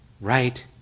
right